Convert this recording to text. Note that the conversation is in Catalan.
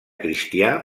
cristià